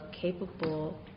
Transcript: capable